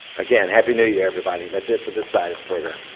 again, happy new year, everybody, that's it for this side of the program.